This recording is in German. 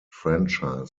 franchise